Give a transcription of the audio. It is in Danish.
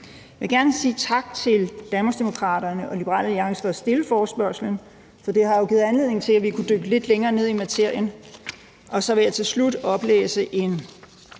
Jeg vil gerne sige tak til Danmarksdemokraterne og Liberal Alliance for at stille forespørgslen, for det har jo givet anledning til, at vi har kunnet dykke lidt længere ned i materien. Jeg vil til slut oplæse en